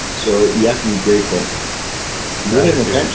so, you have to be grateful gratitude,